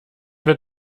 wird